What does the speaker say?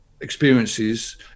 experiences